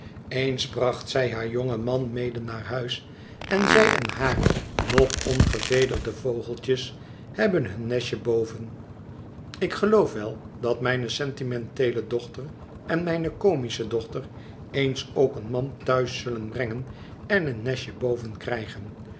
eens bracht zij haar jongen man mede naar huis en zij en hare nog ongevederde vogeltjes hebben hun nestje boven ik geloof wel dat mijne sentimenteele dochter en mijne comische dochter eens ook een man thuis zullen brengen en een nestje boven krijgen